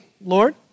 Lord